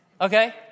okay